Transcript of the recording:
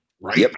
Right